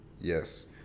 Yes